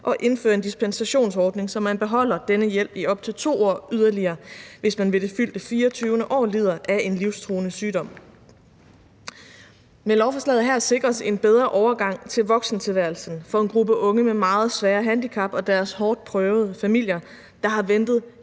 at indføre en dispensationsordning, så man beholder denne hjælp i op til 2 år yderligere, hvis man ved det fyldte 24. år lider af en livstruende sygdom. Med lovforslaget her sikres en bedre overgang til voksentilværelsen for en gruppe unge med meget svære handicap og deres hårdt prøvede familier, der har ventet